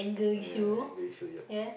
ya anger so yup